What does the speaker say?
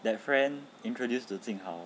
that friend introduced to jing hao